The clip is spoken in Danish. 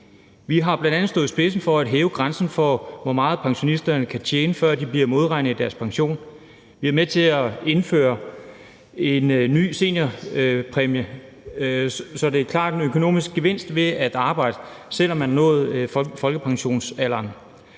Vi har bl.a. stået i spidsen for at hæve grænsen for, hvor meget pensionisterne kan tjene, før de bliver modregnet i deres pension; vi har været med til at indføre en ny seniorpræmie, så der er en klar økonomisk gevinst ved at arbejde, selv om man har nået folkepensionsalderen.